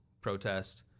protest